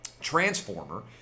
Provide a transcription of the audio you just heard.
transformer